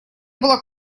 была